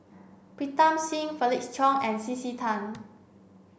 Pritam Singh Felix Cheong and C C Tan